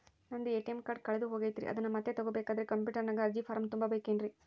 ನಂದು ATM card ಕಳೆದು ಹೋಗೈತ್ರಿ ಅದನ್ನು ಮತ್ತೆ ತಗೋಬೇಕಾದರೆ ಕಂಪ್ಯೂಟರ್ ನಾಗ ಅರ್ಜಿ ಫಾರಂ ತುಂಬಬೇಕನ್ರಿ?